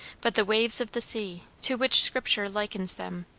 but the waves of the sea, to which scripture likens them?